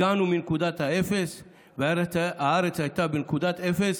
הגענו מנקודת האפס והארץ הייתה בנקודת אפס.